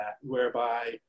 whereby